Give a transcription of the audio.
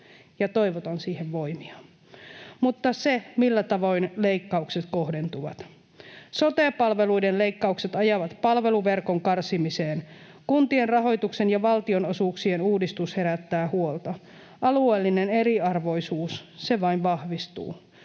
ja toivotan siihen voimia, mutta se, millä tavoin leikkaukset kohdentuvat: Sote-palveluiden leikkaukset ajavat palveluverkon karsimiseen, kuntien rahoituksen ja valtionosuuksien uudistus herättää huolta, alueellinen eriarvoisuus; se vain vahvistuu.